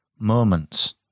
moments